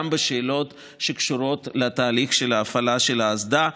גם בשאלות שקשורות לתהליך של ההפעלה של האסדה.